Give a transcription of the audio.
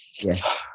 yes